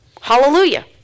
Hallelujah